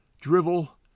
Drivel